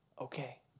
okay